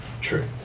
true